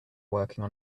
working